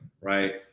right